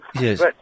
Yes